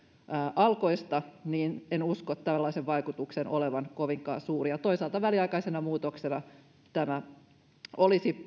alkoista niin en usko tällaisen vaikutuksen olevan kovinkaan suuri ja toisaalta väliaikaisena muutoksena tämä olisi